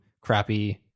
crappy